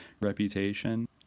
reputation